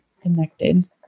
connected